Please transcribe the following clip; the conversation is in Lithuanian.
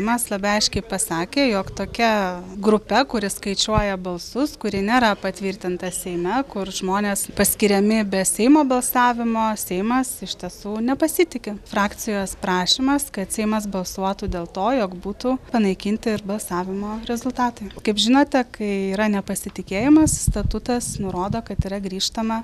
mes labai aiškiai pasakė jog tokia grupe kuri skaičiuoja balsus kuri nėra patvirtinta seime kur žmonės paskiriami be seimo balsavimo seimas iš tiesų nepasitiki frakcijos prašymas kad seimas balsuotų dėl to jog būtų panaikinti ir balsavimo rezultatai kaip žinote kai yra nepasitikėjimas statutas nurodo kad yra grįžtama